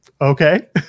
okay